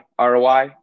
ROI